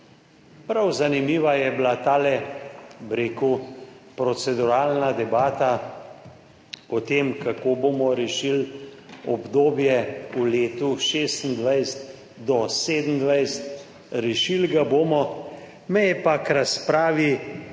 Prav zanimiva je bila tale, bi rekel, proceduralna debata o tem, kako bomo rešili obdobje v letu 2026–2027. Rešili ga bomo. Me je pa k razpravi